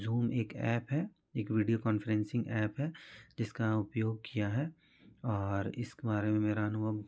zoom एक app है एक विडियो कॉन्फ्रेंसिंग ऐप है जिसका उपयोग किया है और इसक बारे में मेरा अनुभव